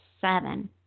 seven